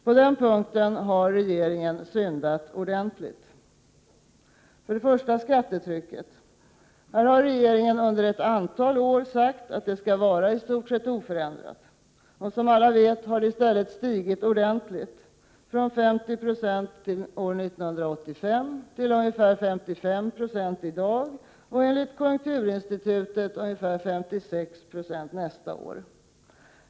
På denna punkt har regeringen syndat ordentligt. Först och främst gäller det skattetrycket: Regeringen har under ett antal år sagt att det skall vara i stort sett oförändrat. Som alla vet har det i stället stigit ordentligt — från ca 50 90 år 1985 till ca 55 96 i dag och enligt konjunkturinstitutet ca 56 26 nästa år.